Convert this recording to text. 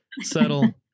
Settle